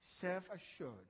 self-assured